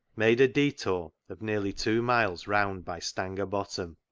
made a detour of nearly two miles round by stanger bottom.